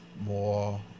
more